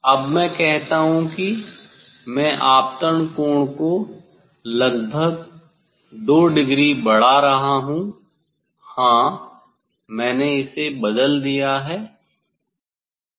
अब मैं कहता हूँ कि मैं आपतन कोण को लगभग 2 डिग्री बढ़ा रहा हूं हां मैंने इसे बदल दिया है